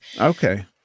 Okay